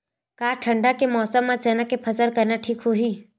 का ठंडा के मौसम म चना के फसल करना ठीक होही?